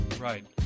Right